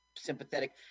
sympathetic